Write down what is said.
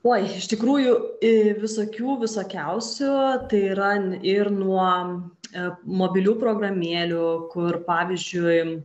oi iš tikrųjų visokių visokiausių tai yra ir nuo mobilių programėlių kur pavyzdžiui